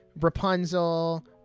Rapunzel